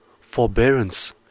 forbearance